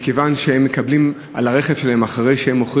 מכיוון שהם מקבלים על הרכב שלהם אחרי שהם מוכרים